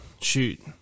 shoot